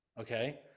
okay